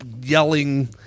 yelling